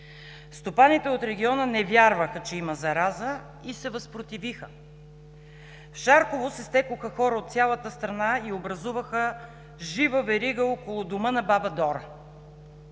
Стопаните от региона не вярваха, че има зараза и се възпротивиха. В Шарково се стекоха хора от цялата страна и образуваха жива верига около дома на баба Дора.